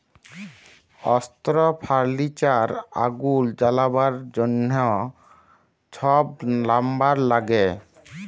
অস্ত্র, ফার্লিচার, আগুল জ্বালাবার জ্যনহ ছব লাম্বার ল্যাগে